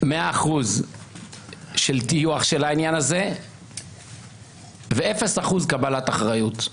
100% של טיוח של העניין הזה ו-0% קבלת אחריות.